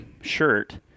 shirt